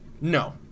No